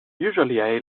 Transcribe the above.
usually